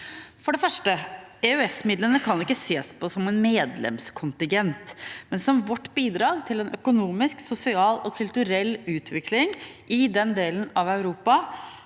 For det første: EØS-midlene kan ikke ses på som en medlemskontingent, men som vårt bidrag til en økonomisk, sosial og kulturell utvikling i den delen av Europa